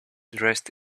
dressed